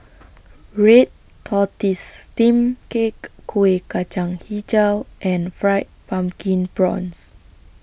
Red Tortoise Steamed Cake Kueh Kacang Hijau and Fried Pumpkin Prawns